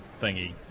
thingy